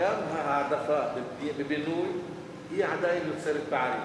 גם ההעדפה בבינוי עדיין יוצרת בעיה,